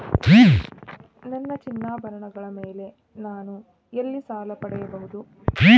ನನ್ನ ಚಿನ್ನಾಭರಣಗಳ ಮೇಲೆ ನಾನು ಎಲ್ಲಿ ಸಾಲ ಪಡೆಯಬಹುದು?